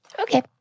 Okay